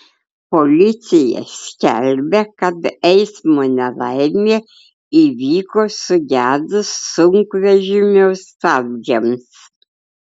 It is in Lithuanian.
policija skelbia kad eismo nelaimė įvyko sugedus sunkvežimio stabdžiams